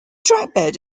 trackbed